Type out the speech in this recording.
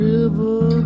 River